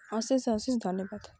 ଅଶେଷ ଅଶେଷ ଧନ୍ୟବାଦ